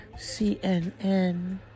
CNN